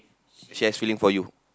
she has feeling for you